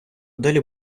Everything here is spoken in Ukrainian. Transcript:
далі